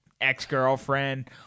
ex-girlfriend